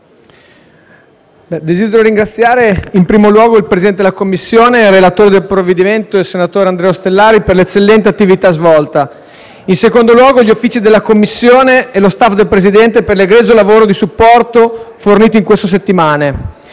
desidero ringraziare in primo luogo il presidente della Commissione giustizia e relatore del provvedimento, senatore Andrea Ostellari, per l'eccellente attività svolta; in secondo luogo, ringrazio gli Uffici della Commissione e lo *staff* del Presidente per l'egregio lavoro di supporto fornito in queste settimane.